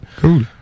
Cool